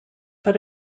but